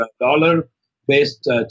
dollar-based